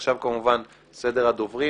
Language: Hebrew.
עכשיו סדר הדוברים,